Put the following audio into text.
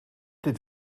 dit